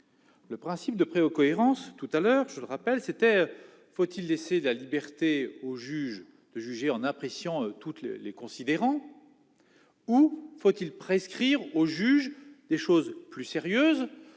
le principe de préau cohérence tout à l'heure, je le rappelle, c'était : faut-il laisser la liberté aux juges de juger en appréciant toutes les les considérants ou faut-il prescrire au juge des choses plus sérieuses